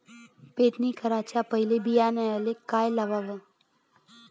पेरणी कराच्या पयले बियान्याले का लावाव?